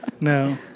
No